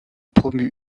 promu